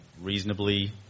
reasonably